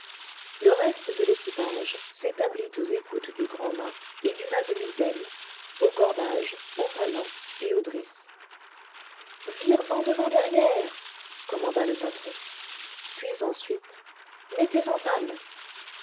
le reste de l'équipage s'établit aux écoutes du grand mât et du mât de misaine aux cordages aux palans et aux drisses vire vent devant derrière commanda le patron puis ensuite mettez en panne